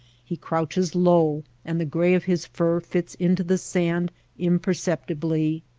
he crouches low and the gray of his fur fits into the sand imperceptibly.